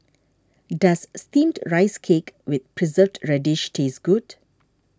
does Steamed Rice Cake with Preserved Radish taste good